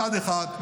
מצד אחד,